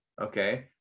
Okay